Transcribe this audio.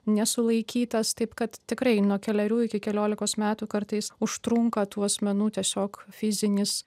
nesulaikytas taip kad tikrai nuo kelerių iki keliolikos metų kartais užtrunka tų asmenų tiesiog fizinis